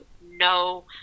no